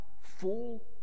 full